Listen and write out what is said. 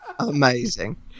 Amazing